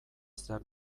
zer